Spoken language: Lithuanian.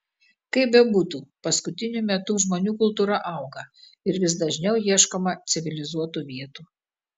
kaip bebūtų paskutiniu metu žmonių kultūra auga ir vis dažniau ieškoma civilizuotų vietų